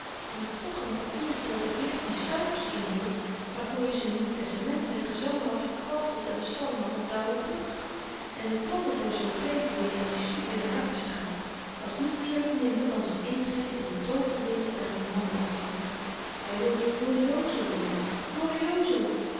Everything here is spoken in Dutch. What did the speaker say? maar toch n papiertje dat de veertien stuivers inhield waarvoor i z'n nieuw testament met gezangen had verkwanseld aan den stalleman op d'ouwenbrug en t plan dat hem zoo kleven deed aan die stoep in de hartenstraat was niet meer of minder dan z'n intrede in de tooverwereld der romanlektuur hy wilde glorioso lezen glorioso